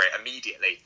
immediately